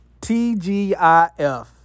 TGIF